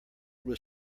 was